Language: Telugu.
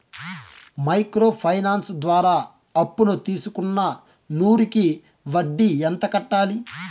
మైక్రో ఫైనాన్స్ ద్వారా అప్పును తీసుకున్న నూరు కి వడ్డీ ఎంత కట్టాలి?